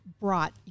brought